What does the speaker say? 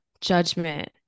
judgment